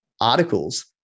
articles